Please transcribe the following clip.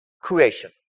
creation